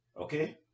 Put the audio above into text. okay